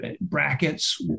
brackets